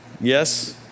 Yes